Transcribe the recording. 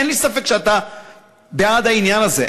אין לי ספק שאתה בעד העניין הזה,